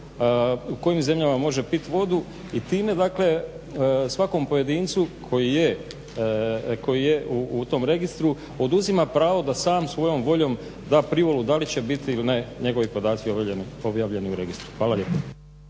kojim zemljama može pit vodu i time dakle svakom pojedincu koji je u tom registru oduzima pravo da sam svojom voljom da privolu dali će biti ili ne njegovi podaci objavljeni u Registru. Hvala lijepo.